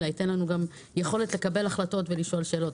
אלא ייתן לנו גם יכולת לקבל החלטות ולשאול שאלות.